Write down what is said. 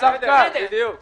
אנשי ליכוד יטופלו בדרך אחרת.